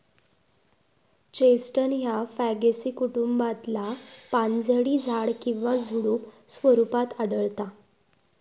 chestnut ह्या Fagaceae कुटुंबातला पानझडी झाड किंवा झुडुप स्वरूपात आढळता